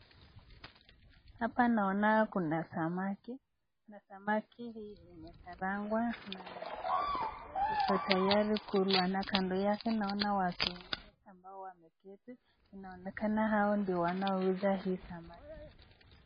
Hapa naona kuna samaki na samaki hii imekarangwa na iko tayari kulwa na kando yake naona watu ambao wameketi inaonekana hao ndio wanauza hii samaki.